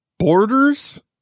Borders